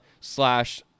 slash